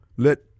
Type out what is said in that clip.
Let